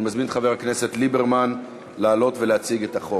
אני מזמין את חבר הכנסת ליברמן לעלות ולהציג את החוק.